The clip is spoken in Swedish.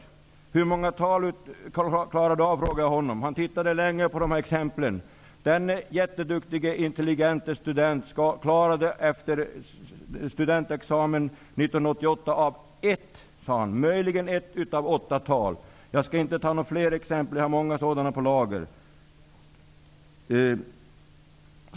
Jag frågade honom hur många tal han kunde klara av. Han tittade länge på uppgifterna. Denne mycket duktiga, intelligenta student sade att han, efter ''studentexamen'' 1988, möjligen klarade av ett av åtta tal. Jag skall inte ta flera exempel, men jag har många sådana på lager.